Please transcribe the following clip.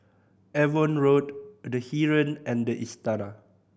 Avon Road The Heeren and The Istana